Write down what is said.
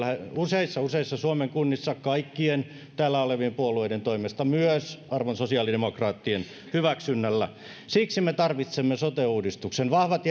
useissa useissa suomen kunnissa kaikkien täällä olevien puolueiden toimesta myös arvon sosiaalidemokraattien hyväksynnällä siksi me tarvitsemme sote uudistuksen vahvat